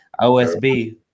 Osb